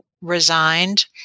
resigned